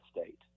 state